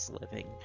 living